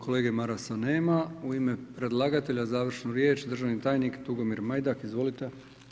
Kolege Marasa nema, u ime predlagatelja, završnu riječ, državni tajnik, Tugomir Majdak, izvolite.